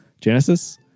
Genesis